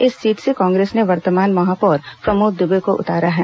इस सीट से कांग्रेस ने वर्तमान महापौर प्रमोद दुबे को उतारा है